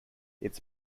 its